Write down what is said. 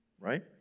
right